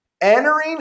Entering